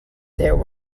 there